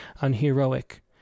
unheroic